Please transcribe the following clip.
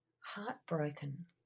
Heartbroken